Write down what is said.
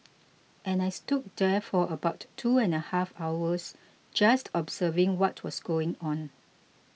and I stood there for about two and a half hours just observing what was going on